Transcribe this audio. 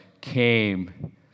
came